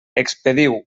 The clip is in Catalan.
expediu